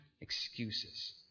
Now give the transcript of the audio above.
excuses